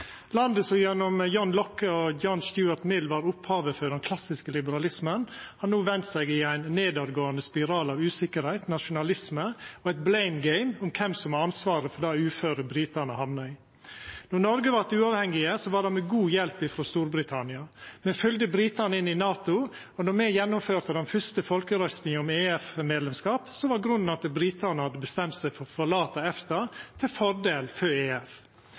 Landet som gjennom John Locke og John Stuart Mill var opphavet til den klassiske liberalismen, har no vendt seg i ein fallande spiral av utryggleik, nasjonalisme og eit «blame game» om kven som har ansvaret for det uføret britane har hamna i. Då Noreg vart uavhengig, var det med god hjelp frå Storbritannia. Me følgde britane inn i NATO, og då me gjennomførte den fyrste folkerøystinga om EF-medlemskap, var grunnen at britane hadde bestemt seg for å forlata EFTA til fordel for EF.